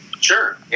sure